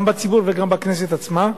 גם בציבור וגם בכנסת עצמה,